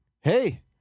Hey